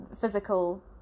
physical